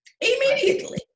Immediately